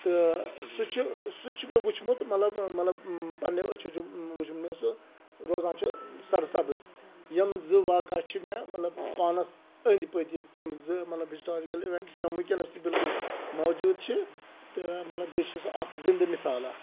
تہٕ سُہ چھُ سُہ تہِ چھُ مےٚ وُچھمُت مطلب مطلب پنٛنیٚو أچھو چھُم وُچھمُت مےٚ سُہ روزان چھُ سَرسَبٕز یِم زٕ واقعہ چھِ مےٚ مطلب پانَس أنٛدۍ پٔتۍ ییٚتہِ تِم زٕ مطلب ہِسٹارِکل اِویٚنٛٹٕس یِم وٕنکیٚنَس تہِ بالکل موجوٗد چھِ تہٕ مطلب بیٚیہِ چھِ سُہ اَکھ زِندٕ مثال اَکھ